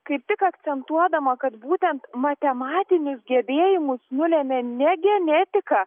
kaip tik akcentuodama kad būtent matematinius gebėjimus nulemia ne genetika